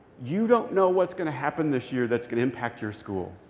you don't know what's going to happen this year that's going to impact your school.